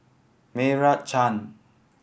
Meira Chand